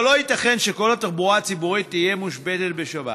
אבל לא ייתכן שכל התחבורה הציבורית תהיה ממושבתת בשבת.